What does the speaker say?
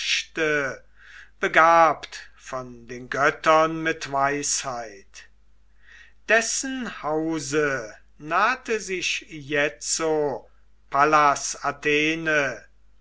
begabt von den göttern mit weisheit dessen hause nahte sich jetzo pallas athene